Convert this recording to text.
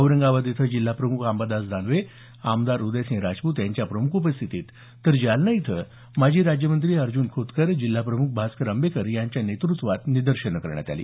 औरंगाबाद इथं जिल्हाप्रमुख आमदार अंबादास दानवे आमदार उदयसिंह राजपूत यांच्या प्रमुख उपस्थितीत तर जालना इथं माजी राज्यमंत्री अर्जुन खोतकर जिल्हाप्रमुख भास्कर अंबेकर यांच्या नेतृत्वात निदर्शने करण्यात आली